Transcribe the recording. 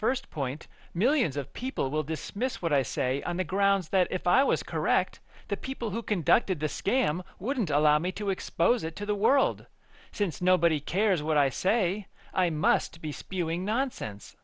first point millions of people will dismiss what i say on the grounds that if i was correct the people who conducted the scam wouldn't allow me to expose it to the world since nobody cares what i say i must be spewing nonsense